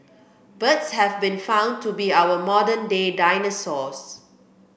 birds have been found to be our modern day dinosaurs